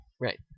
Right